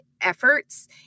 efforts